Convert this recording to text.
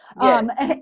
Yes